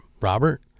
Robert